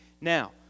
Now